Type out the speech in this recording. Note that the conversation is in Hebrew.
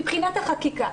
מבחינת החקיקה.